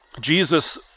Jesus